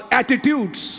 attitudes